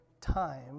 time